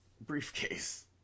briefcase